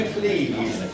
please